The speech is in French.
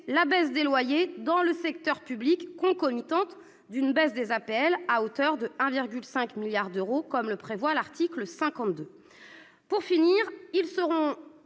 la baisse des loyers dans le secteur public concomitante à la baisse des APL à hauteur de 1,5 milliard d'euros, comme le prévoit l'article 52.